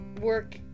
work